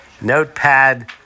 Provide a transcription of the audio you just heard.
notepad